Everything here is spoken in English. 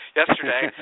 yesterday